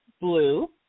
Blue